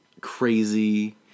crazy